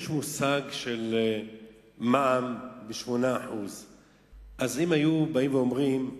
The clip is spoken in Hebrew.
יש מושג של מע"מ, 8%. אם היו אומרים: